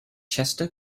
chester